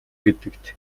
гэдэгт